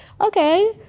okay